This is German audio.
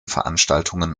veranstaltungen